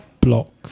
Block